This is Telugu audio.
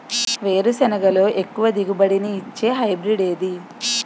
వేరుసెనగ లో ఎక్కువ దిగుబడి నీ ఇచ్చే హైబ్రిడ్ ఏది?